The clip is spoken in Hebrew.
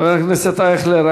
חבר הכנסת אייכלר,